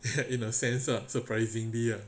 in a sense lah surpisingly lah